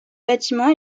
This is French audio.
bâtiment